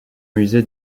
musée